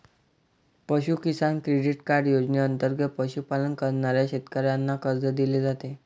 पशु किसान credit card योजनेंतर्गत पशुपालन करणाऱ्या शेतकऱ्यांना कर्ज दिले जाते